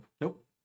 Nope